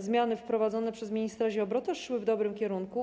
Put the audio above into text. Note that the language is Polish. zmiany wprowadzone przez ministra Ziobro też szły w dobrym kierunku.